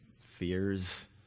fears